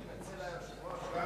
אדוני היושב-ראש,